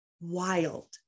wild